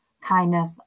kindness